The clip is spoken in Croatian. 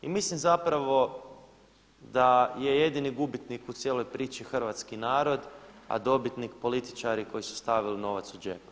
I mislim zapravo da je jedini gubitnik u cijeloj priči hrvatski narod, a dobitnik političari koji su stavili novac u džep.